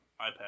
iPad